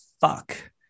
fuck